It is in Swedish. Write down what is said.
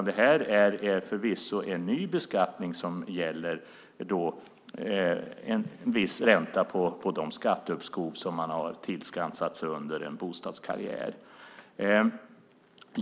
Det här är förvisso en ny beskattning som gäller en viss ränta på de skatteuppskov som man har tillskansat sig under en bostadskarriär.